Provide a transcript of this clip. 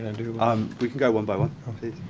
and do um we can go one by one.